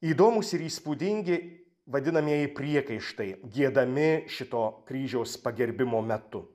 įdomūs ir įspūdingi vadinamieji priekaištai giedami šito kryžiaus pagerbimo metu